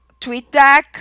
TweetDeck